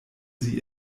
sie